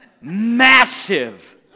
massive